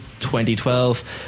2012